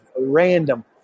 random